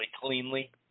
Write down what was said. cleanly